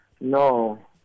No